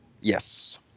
yes